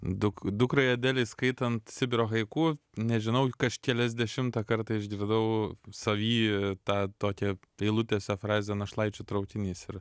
duk dukrai adelei skaitant sibiro haiku nežinau keliasdešimtą kartą išgirdau savy tą tokią eilutėse frazę našlaičių traukinys ir